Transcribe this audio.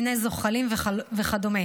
מיני זוחלים וכדומה.